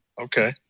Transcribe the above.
Okay